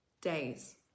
days